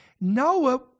Noah